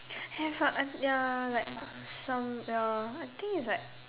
have ah uh ya like some ya I think it's like